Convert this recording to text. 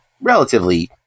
relatively